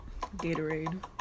Gatorade